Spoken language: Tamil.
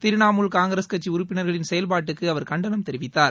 திரிணாமுல் காங்கிரஸ் கட்சி உறுப்பினர்களின் செயல்பாட்டுக்கு அவர் கண்டனம் தெரிவித்தார்